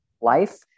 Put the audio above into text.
life